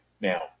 Now